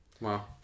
Wow